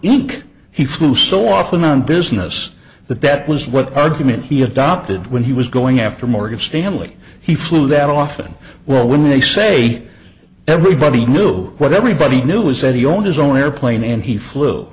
eek he flew so often on business that that was what argument he adopted when he was going after morgan stanley he flew that often well when they say everybody knew what everybody knew was that he owned his own airplane and he flew